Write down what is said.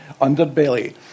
underbelly